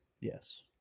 Yes